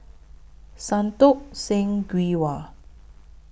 Santokh Singh Grewal